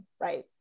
right